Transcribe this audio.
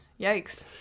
yikes